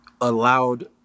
allowed